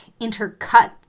intercut